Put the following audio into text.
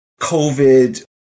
COVID